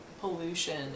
pollution